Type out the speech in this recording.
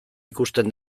ikusten